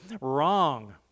wrong